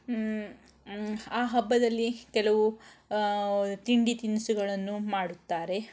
ಆ ಹಬ್ಬದಲ್ಲಿ ಕೆಲವು ತಿಂಡಿ ತಿನಿಸುಗಳನ್ನು ಮಾಡುತ್ತಾರೆ